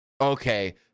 Okay